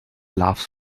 laughs